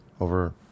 over